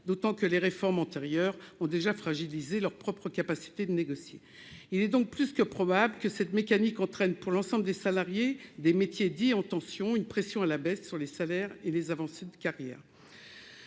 d'autant que des réformes antérieures ont déjà fragilisé leur propre faculté de négocier. Il est donc plus que probable que cette mécanique entraîne pour l'ensemble des salariés des métiers dits « en tension » une pression à la baisse sur les salaires et les avancées de carrière.